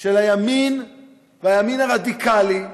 של הימין והימין הרדיקלי.